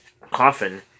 coffin